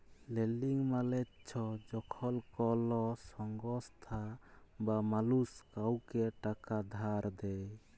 lending মালে চ্ছ যখল কল সংস্থা বা মালুস কাওকে টাকা ধার দেয়